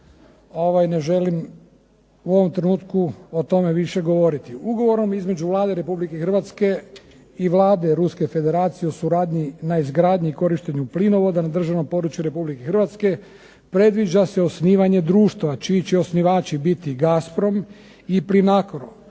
ne želim u ovom trenutku o tome više govoriti. Ugovorom između Vlade Republike i Vlade Ruske Federacije o suradnji na izgradnji i korištenju plinovoda na državnom području Republike Hrvatske predviđa se osnivanje društva čiji će osnivači biti GASPROM i PLINACRO